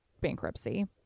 bankruptcy